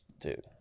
Dude